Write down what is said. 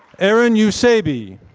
eirin eusebi.